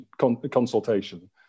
consultation